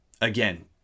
again